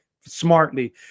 smartly